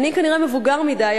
"אני כנראה מבוגר מדי,